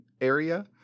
area